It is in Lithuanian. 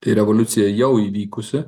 tai revoliucija jau įvykusi